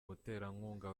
umuterankunga